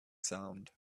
sound